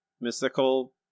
mystical